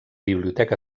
biblioteca